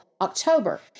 October